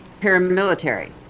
paramilitary